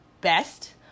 best